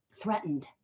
threatened